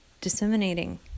disseminating